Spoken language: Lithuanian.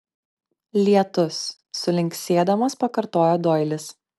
lietus sulinksėdamas pakartojo doilis